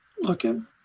looking